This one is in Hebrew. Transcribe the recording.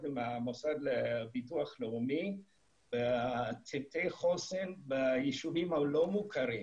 עם המוסד לביטוח לאומי וצוותי חוסן ביישובים הלא מוכרים.